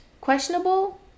questionable